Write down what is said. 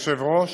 אדוני היושב-ראש,